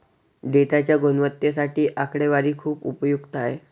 डेटाच्या गुणवत्तेसाठी आकडेवारी खूप उपयुक्त आहे